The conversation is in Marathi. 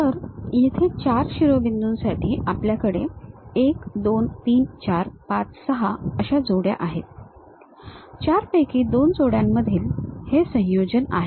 तर येथे चार शिरोबिंदूंसाठी आपल्याकडे 1 2 3 4 5 6 अशा जोड्या आहेत 4 पैकी दोन जोड्यांमधील हे संयोजन आहे